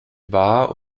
war